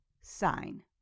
sign